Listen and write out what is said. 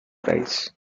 price